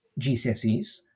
GCSEs